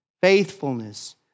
faithfulness